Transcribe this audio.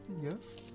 Yes